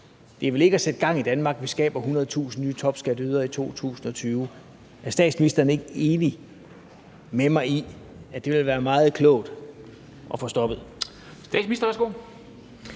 Det er vel ikke at sætte gang i Danmark, at vi skaber 100.000 nye topskatteydere i 2020. Er statsministeren ikke enig med mig i, at det ville være meget klogt at få det stoppet?